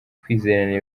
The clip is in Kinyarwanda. kwizerana